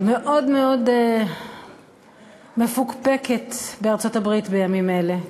המאוד-מאוד מפוקפקת בארצות-הברית בימים אלה,